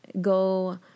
go